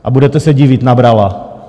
A budete se divit, nabrala.